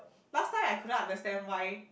last time I couldn't understand why